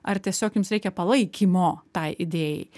ar tiesiog jums reikia palaikymo tai idėjai